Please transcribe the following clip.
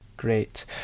Great